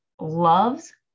loves